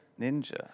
Ninja